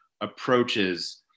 approaches